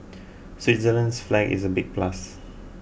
Switzerland's flag is a big plus